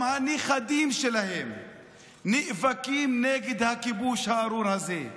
הנכדים שלהם נאבקים נגד הכיבוש הארור הזה.